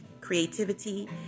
creativity